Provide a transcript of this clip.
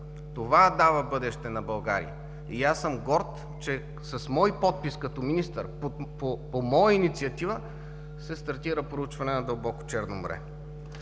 Това дава бъдеще на България. И аз съм горд, че с мой подпис – като министър, по моя инициатива се стартира проучване на дълбоко Черно море.